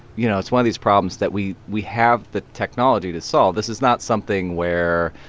you know, it's one of these problems that we we have the technology to solve. this is not something where,